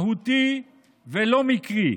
מהותי ולא מקרי.